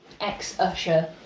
Ex-usher